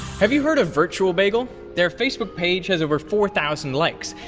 have you heard of virtual bagel? their facebook page has over four thousand likes.